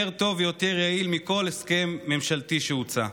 יותר טוב ויותר יעיל מכל הסכם ממשלתי שהוצע.